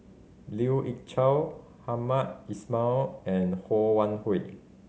Lien Ying Chow Hamed Ismail and Ho Wan Hui